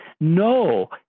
No